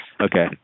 Okay